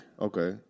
Okay